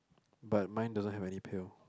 but mine doesn't have any pill